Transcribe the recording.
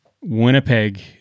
Winnipeg